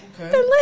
okay